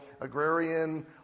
agrarian